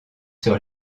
sur